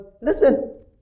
listen